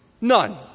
None